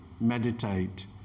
meditate